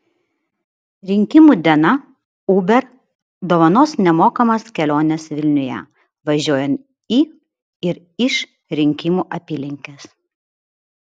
rinkimų dieną uber dovanos nemokamas keliones vilniuje važiuojant į ir iš rinkimų apylinkės